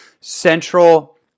central